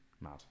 mad